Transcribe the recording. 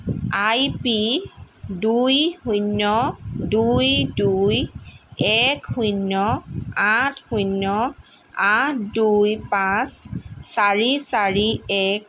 আই P দুই শূন্য় দুই দুই এক শূন্য় আঠ শূন্য় আঠ দুই পাঁচ চাৰি চাৰি এক